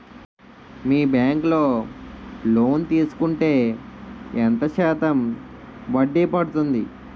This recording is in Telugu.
మీ బ్యాంక్ లో లోన్ తీసుకుంటే ఎంత శాతం వడ్డీ పడ్తుంది?